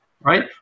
right